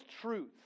truth